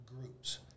groups